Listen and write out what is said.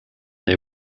they